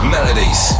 Melodies